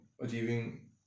achieving